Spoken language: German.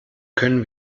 können